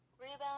Rebound